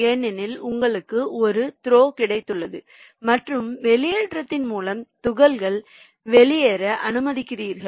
ஏனெனில் உங்களுக்கு ஒரு த்ரோ கிடைத்துள்ளது மற்றும் வெளியேற்றத்தின் மூலம் துகள்கள் வெளியேற அனுமதிக்கிறீர்கள்